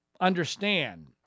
understand